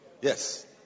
yes